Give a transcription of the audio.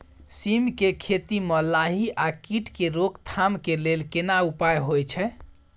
सीम के खेती म लाही आ कीट के रोक थाम के लेल केना उपाय होय छै?